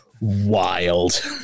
wild